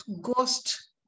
ghost